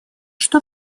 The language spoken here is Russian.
что